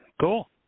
Cool